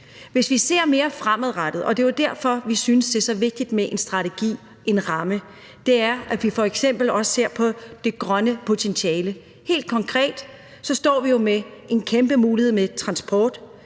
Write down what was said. at se på det mere fremadrettet – og det er jo derfor, vi synes, det er så vigtigt med en strategi, en ramme – ser vi f.eks. også på det grønne potentiale. Helt konkret står vi med en kæmpe mulighed i forhold